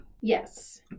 Yes